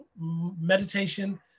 meditation